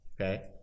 Okay